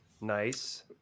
Nice